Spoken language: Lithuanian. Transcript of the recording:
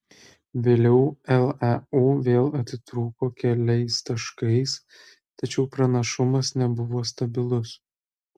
vėliau leu vėl atitrūko keliais taškais tačiau pranašumas nebuvo stabilus